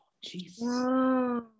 Jesus